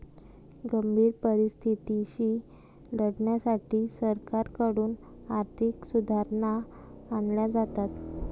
गंभीर परिस्थितीशी लढण्यासाठी सरकारकडून आर्थिक सुधारणा आणल्या जातात